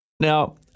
Now